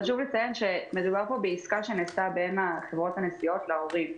חשוב לציין שמדובר פה בעסקה שנעשתה בין חברות הנסיעות להורים,